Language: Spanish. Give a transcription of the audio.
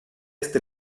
este